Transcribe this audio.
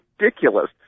ridiculous